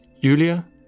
Yulia